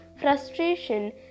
frustration